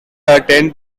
attended